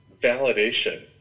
validation